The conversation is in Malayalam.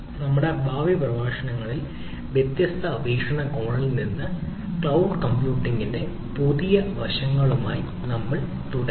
നമ്മളുടെ ഭാവി പ്രഭാഷണങ്ങളിൽ വ്യത്യസ്ത വീക്ഷണകോണിൽ നിന്ന് ക്ലൌഡ് കമ്പ്യൂട്ടിംഗിന്റെ പുതിയ ചില വശങ്ങളുമായി നമ്മൾ തുടരുo